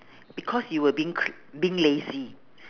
because you were being cr~ being lazy